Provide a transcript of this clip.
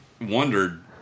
wondered